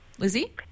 Lizzie